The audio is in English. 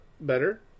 better